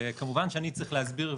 כמובן אני צריך להסביר,